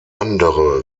andere